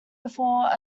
before